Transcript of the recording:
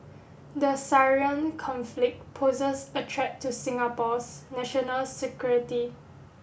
the Syrian conflict poses a threat to Singapore's national security